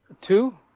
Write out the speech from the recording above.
Two